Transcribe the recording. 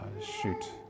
Shoot